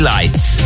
Lights